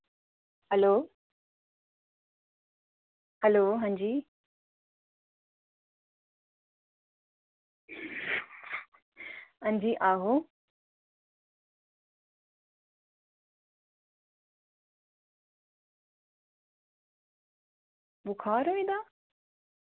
hello hello हां जी हां जी आहो बखार होई दा